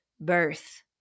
birth